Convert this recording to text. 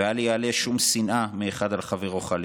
ואל יעלה שום שנאה מאחד על חברו, חלילה.